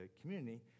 community